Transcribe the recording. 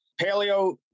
paleo